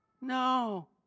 No